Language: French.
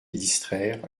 distraire